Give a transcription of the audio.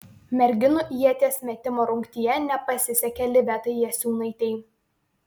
merginų ieties metimo rungtyje nepasisekė livetai jasiūnaitei